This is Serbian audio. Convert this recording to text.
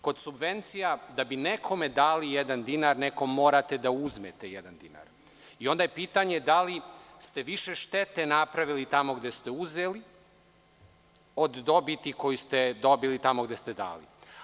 Kod subvencija, da bi nekome dali jedan dinar, nekome morate da uzmete jedan dinar i onda je pitanje da li ste više štete napravili tamo gde ste uzeli od dobiti koju ste dobili tamo gde ste dali.